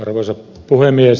arvoisa puhemies